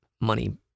money